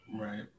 Right